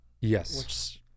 Yes